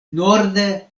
norde